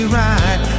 right